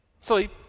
sleep